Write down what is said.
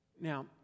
Now